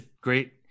great